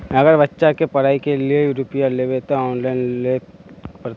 अगर बच्चा के पढ़ाई के लिये रुपया लेबे ते ऑनलाइन लेल पड़ते?